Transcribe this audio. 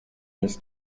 this